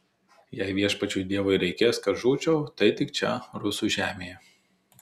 jei viešpačiui dievui reikės kad žūčiau tai tik čia rusų žemėje